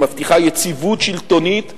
שמבטיחה יציבות שלטונית ומשילות,